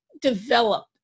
develop